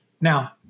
Now